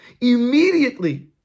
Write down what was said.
immediately